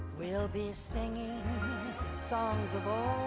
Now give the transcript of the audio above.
we'll be singing songs of old